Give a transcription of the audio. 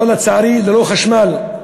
אבל לצערי ללא חשמל,